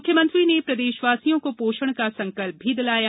मुख्यमंत्री ने प्रदेशवासियों को पोषण का संकल्प भी दिलाया